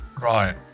Right